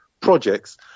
projects